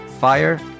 fire